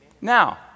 Now